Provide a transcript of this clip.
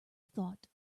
thought